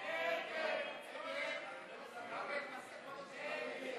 ההצעה להעביר לוועדה את הצעת חוק להצלת ירושלים כעיר בירה